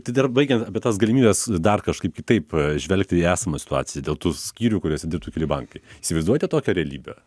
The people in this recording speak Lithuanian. tai dar baigiant apie tas galimybes dar kažkaip kitaip žvelgti į esamą situaciją dėl tų skyrių kuriuose dirbtų keli bankai įsivaizduojate tokią realybę